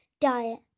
Diet